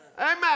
Amen